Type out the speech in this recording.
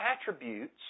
attributes